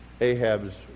Ahab's